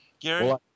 Gary